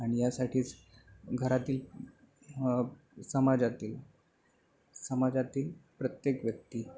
आणि यासाठीच घरातील समाजातील समाजातील प्रत्येक व्यक्ती